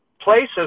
places